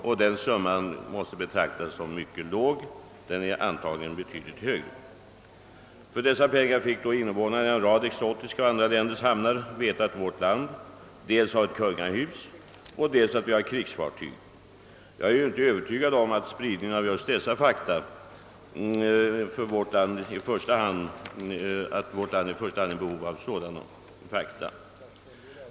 För den summan, som måste betraktas som mycket låg — den är i verkligheten antagligen betydligt högre — fick invånarna i en rad exotiska och andra länders hamnar veta att vårt land har dels ett kungahus och dels krigsfartyg. Jag är inte övertygad om att det är spridningen av just dessa fakta vårt land i första hand har behov av.